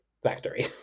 Factory